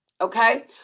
okay